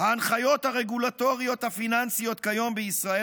"ההנחיות הרגולטריות הפיננסיות כיום בישראל